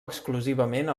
exclusivament